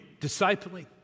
discipling